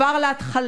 כבר על ההתחלה,